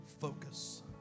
focus